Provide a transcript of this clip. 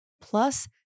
plus